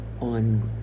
on